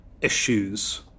issues